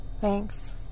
Thanks